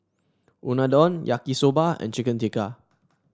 Unadon Yaki Soba and Chicken Tikka